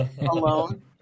alone